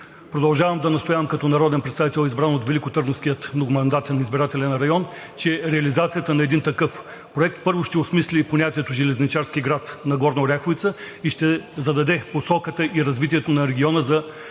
Продължавам да настоявам като народен представител, избран от Великотърновския многомандатен избирателен район, че реализацията на един такъв проект, първо, ще осмисли понятието железничарски град на Горна Оряховица и ще зададе посоката и развитието на региона за